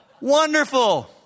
Wonderful